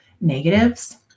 negatives